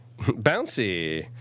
Bouncy